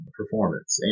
performance